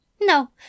No